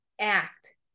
act